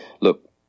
look